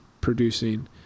producing